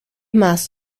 más